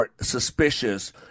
suspicious